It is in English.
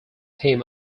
him